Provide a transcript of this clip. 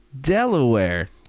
Delaware